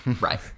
Right